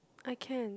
I can